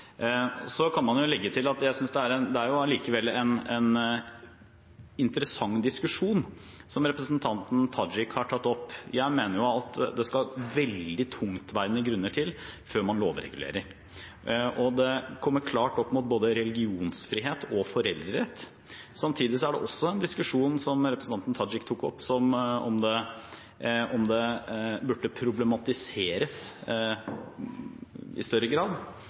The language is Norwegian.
Så kan jeg jo legge til at jeg synes det allikevel er en interessant diskusjon representanten Tajik har tatt opp. Jeg mener at det skal veldig tungtveiende grunner til før man lovregulerer – og det kommer klart opp mot både religionsfrihet og foreldrerett. Samtidig er det en diskusjon som representanten Tajik tok opp – om det burde problematiseres i større grad